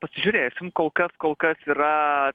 pasižiūrėsim kol kas kol kas yra